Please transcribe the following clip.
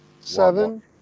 Seven